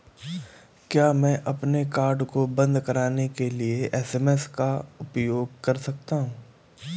क्या मैं अपने कार्ड को बंद कराने के लिए एस.एम.एस का उपयोग कर सकता हूँ?